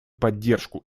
поддержку